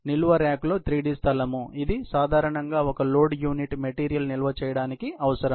ఇది నిల్వ ర్యాక్లో 3d స్థలం ఇది సాధారణంగా ఒకే లోడ్ యూనిట్ మెటీరియల్ నిల్వ చేయడానికి అవసరం